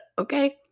okay